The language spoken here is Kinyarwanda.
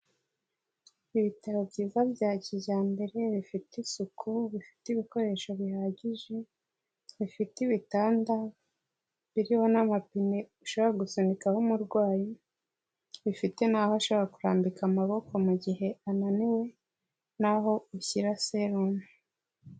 Ibitaro byiza bya kijyambere, bifite isuku, bifite ibikoresho bihagije, bifite ibitanda biriho n'amapine ushaka gusunikaho umurwayi, bifite n'aho ashaka kurambika amaboko mu gihe ananiwe, naho ushyira serumu.